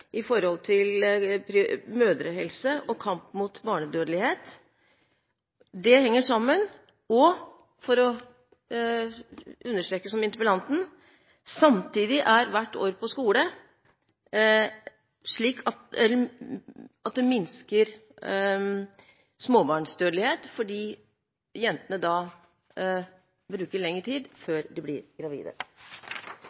i helse når det gjelder mødrehelse og kamp mot barnedødelighet. Det henger sammen, og for å understreke det, som interpellanten: Hvert år på skole minsker småbarnsdødeligheten fordi det tar lengre tid før jentene